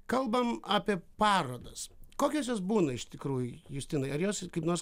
kalbam apie parodas kokios jos būna iš tikrųjų justinai ar jos kaip nors